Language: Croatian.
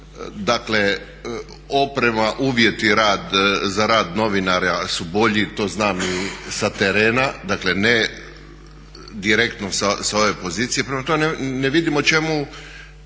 Dakle, oprema, uvjeti za rad novinara su bolji. To znam i sa terena. Dakle, ne direktno sa ove pozicije. Prema tome, ne vidim o čemu